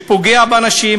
פוגע באנשים,